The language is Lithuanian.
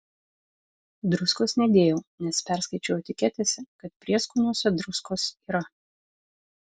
druskos nedėjau nes perskaičiau etiketėse kad prieskoniuose druskos yra